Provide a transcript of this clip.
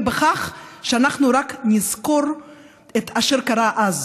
בכך שאנחנו רק נזכור את אשר קרה אז,